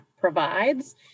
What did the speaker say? provides